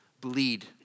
bleed